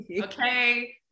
Okay